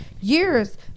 years